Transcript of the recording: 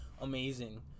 amazing